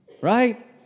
Right